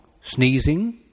sneezing